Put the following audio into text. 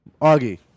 Augie